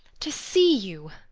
to see you,